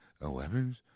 weapons